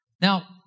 Now